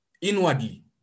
inwardly